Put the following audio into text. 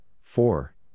four